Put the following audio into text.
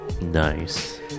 nice